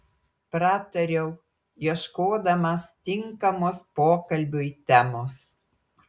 pratariau ieškodamas tinkamos pokalbiui temos